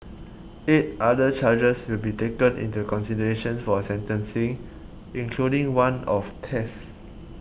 eight other charges will be taken into consideration for sentencing including one of theft